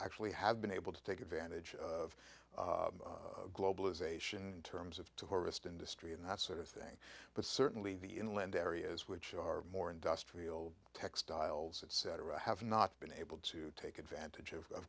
actually have been able to take advantage of globalization terms of tourist industry and that sort of thing but certainly the inland areas which are more industrial textiles etc have not been able to take advantage of